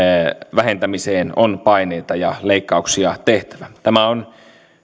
vähentämiseen on paineita ja leikkauksia tehtävä tämä on